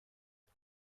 فکر